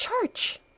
church